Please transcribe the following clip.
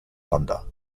thunder